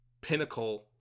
pinnacle